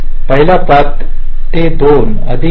पहिल्या पथा ते 2 अधिक 0